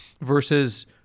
versus